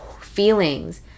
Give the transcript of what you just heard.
feelings